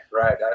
right